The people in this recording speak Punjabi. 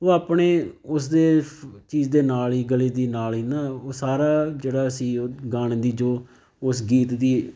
ਉਹ ਆਪਣੇ ਉਸਦੇ ਫ ਚੀਜ਼ ਦੇ ਨਾਲ ਹੀ ਗਲੇ ਦੀ ਨਾਲ ਹੀ ਨਾ ਉਹ ਸਾਰਾ ਜਿਹੜਾ ਸੀ ਗਾਣ ਦੀ ਜੋ ਉਸ ਗੀਤ ਦੀ